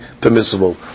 permissible